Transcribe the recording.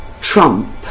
trump